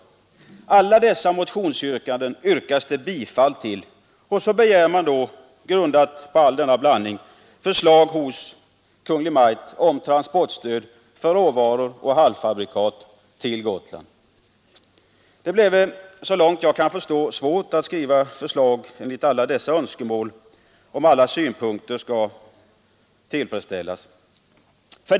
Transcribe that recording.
Alla dessa motionskrav yrkas det bifall till, och så begär man då — grundat på all denna blandning — förslag hos Kungl. Maj:t om transportstöd för råvaror och halvfabrikat till Gotland. Det bleve såvitt jag kan förstå svårt att skriva förslag enligt alla dessa önskemål, om alla synpunkter skall tillfredsställas.